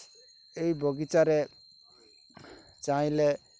ଏଇ ବଗିଚାରେ ଚାହିଁଲେ